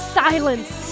silence